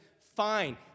fine